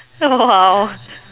!wow!